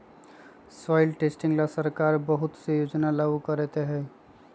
soil testing ला सरकार बहुत से योजना लागू करते हई